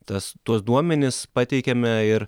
tas tuos duomenis pateikiame ir